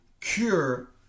cure